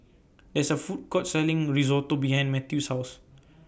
There IS A Food Court Selling Risotto behind Mathews' House